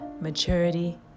maturity